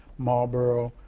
marlboro,